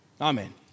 Amen